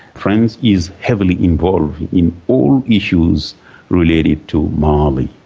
france is heavily involved in all issues related to mali.